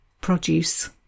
produce